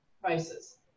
prices